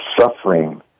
suffering